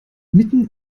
mitten